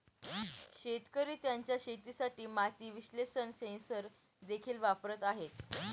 शेतकरी त्यांच्या शेतासाठी माती विश्लेषण सेन्सर देखील वापरत आहेत